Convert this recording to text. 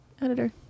Editor